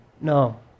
No